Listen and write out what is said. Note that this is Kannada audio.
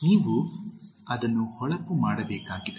ನೀವು ಅದನ್ನು ಹೊಳಪು ಮಾಡಬೇಕಾಗಿದೆ